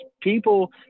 people